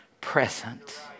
present